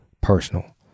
personal